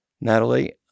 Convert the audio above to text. Natalie